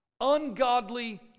ungodly